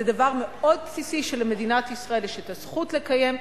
זה דבר מאוד בסיסי, שלמדינת ישראל יש הזכות לקיים.